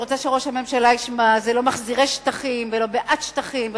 אני רוצה שראש הממשלה ישמע: זה לא מחזירי שטחים ולא בעד שטחים,